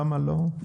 למה לא?